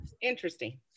Interesting